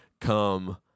come